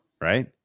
Right